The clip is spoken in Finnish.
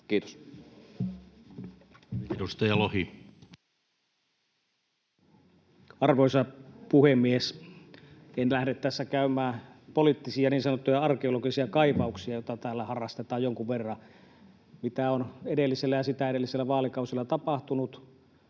Time: 14:19 Content: Arvoisa puhemies! En lähde tässä käymään poliittisia niin sanottuja arkeologisia kaivauksia, joita täällä harrastetaan jonkun verran siitä, mitä on edellisellä ja sitä edellisellä vaalikaudella tapahtunut.